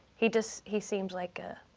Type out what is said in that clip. he just he seems like a